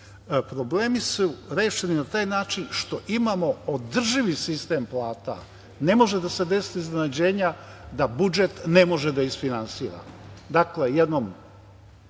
Problemi su rešeni na taj način što imamo održivi sistem plata. Ne može da se desi iznenađenje da budžet ne može da isfinansira. Dakle, jednom